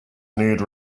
need